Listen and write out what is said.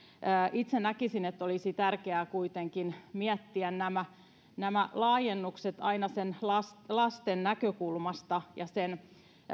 itse näkisin että olisi tärkeää kuitenkin miettiä nämä nämä laajennukset aina lasten lasten näkökulmasta ja sen